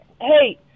hey